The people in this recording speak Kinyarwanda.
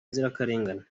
nzirakarengane